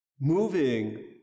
moving